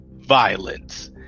violence